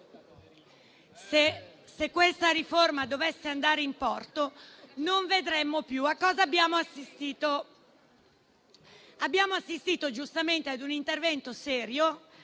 se questa riforma dovesse andare in porto, non vedremo più. Abbiamo assistito ad un intervento serio